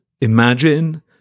imagine